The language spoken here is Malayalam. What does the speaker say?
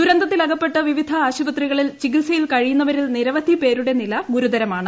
ദുരന്തത്തിലകപ്പെട്ട് വിവിധ ആശുപത്രികളിൽ ചികിത്സയിൽ കഴിയുന്നവരിൽ നിരവധി പേരുടെ നില ഗുരുതരമാണ്